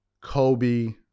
Kobe